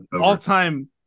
all-time